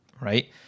right